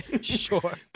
Sure